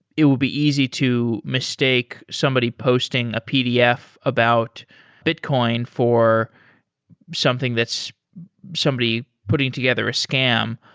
it will be easy to mistake somebody posting a pdf about bitcoin for something that's somebody putting together a scam.